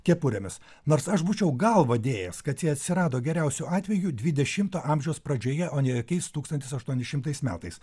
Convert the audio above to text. kepurėmis nors aš būčiau galvą dėjęs kad jie atsirado geriausiu atveju dvidešimto amžiaus pradžioje o ne jokiais tūkstantis aštuoni šimtais metais